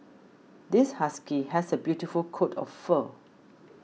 this husky has a beautiful coat of fur